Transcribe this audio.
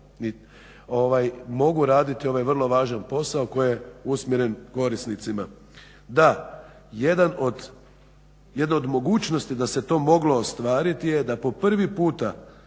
Mogu raditi ovaj vrlo važan posao koji je usmjeren korisnicima. Da, jedna od mogućnosti da se to moglo ostvariti je da po prvi puta